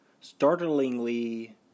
startlingly